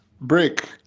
break